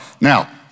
Now